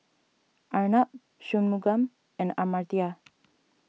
Arnab Shunmugam and Amartya